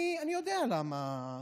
אני יודע למה,